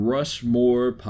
Rushmore